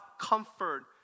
comfort